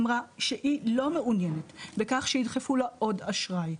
אמרה שהיא לא מעוניינת בכך שידחפו לה עוד אשראי.